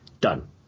done